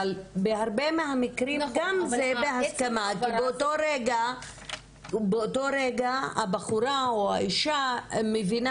אבל בהרבה המקרים זה בהסכמה כי באותו רגע הבחורה או האישה מבינה